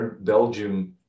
Belgium